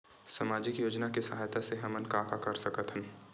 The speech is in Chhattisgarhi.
सामजिक योजना के सहायता से हमन का का कर सकत हन?